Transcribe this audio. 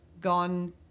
gone